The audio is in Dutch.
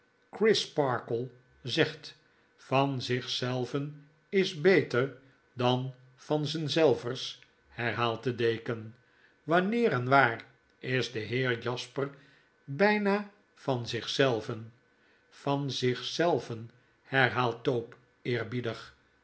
crisparkle zegt van zich zelven is beter dan van z'en zelvers herhaalt de deken wanneer en waar is de heer jasper byna van zich zelven yan zich zelven herhaalt tope